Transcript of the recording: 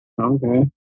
Okay